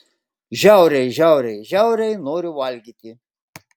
žiauriai žiauriai žiauriai noriu valgyti